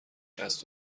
است